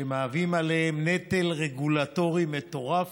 שהם מהווים עליהם נטל רגולטורי מטורף.